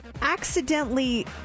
accidentally